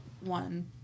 one